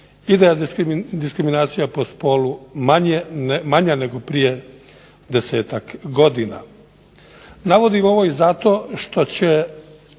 da je diskriminacija po spolu manja nego prije desetak godina. Navodim ovo i zato što će